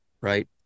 Right